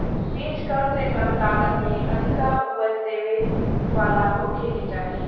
बीज कम से कम लागत में अधिका उपज देवे वाला होखे के चाही